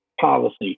policy